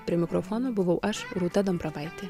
prie mikrofono buvau aš rūta dambravaitė